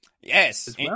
Yes